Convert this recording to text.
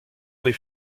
les